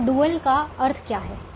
अब डुअल का अर्थ क्या है